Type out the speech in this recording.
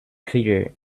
clear